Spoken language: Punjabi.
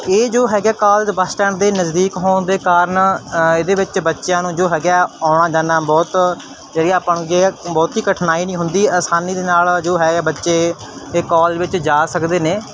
ਇਹ ਜੋ ਹੈਗਾ ਕਾਲਜ ਬੱਸ ਸਟੈਂਡ ਦੇ ਨਜ਼ਦੀਕ ਹੋਣ ਦੇ ਕਾਰਨ ਇਹਦੇ ਵਿੱਚ ਬੱਚਿਆਂ ਨੂੰ ਜੋ ਹੈਗਾ ਆਉਣਾ ਜਾਣਾ ਬਹੁਤ ਜਿਹੜੀ ਆਪਾਂ ਨੂੰ ਜੇ ਆ ਬਹੁਤੀ ਕਠਿਨਾਈ ਨਹੀਂ ਹੁੰਦੀ ਆਸਾਨੀ ਦੇ ਨਾਲ ਜੋ ਹੈ ਬੱਚੇ ਇਹ ਕਾਲਜ ਵਿੱਚ ਜਾ ਸਕਦੇ ਨੇ